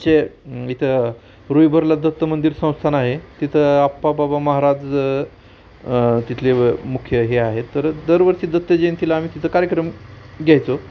आमचे इथं रोईभरला दत्त मंदिर संस्थान आहे तिथं अप्पाबाबा महाराज तिथले मुख्य हे आहेत तर दरवर्षी दत्त जयंतीला आम्ही तिथं कार्यक्रम घ्यायचो